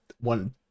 one